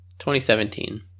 2017